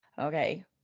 Okay